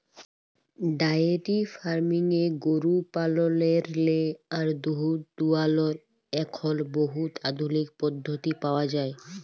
diary ফার্মিংয়ে গরু পাললেরলে আর দুহুদ দুয়ালর এখল বহুত আধুলিক পদ্ধতি পাউয়া যায়